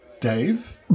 Dave